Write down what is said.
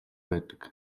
байдаг